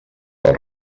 del